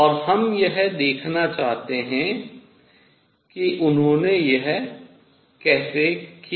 और हम देखना चाहते हैं कि उन्होंने यह कैसे किया